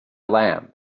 lamb